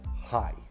high